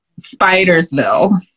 Spidersville